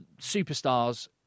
superstars